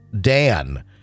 Dan